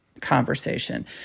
conversation